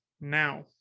now